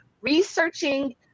researching